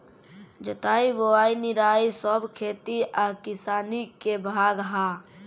जोताई बोआई निराई सब खेती आ किसानी के भाग हा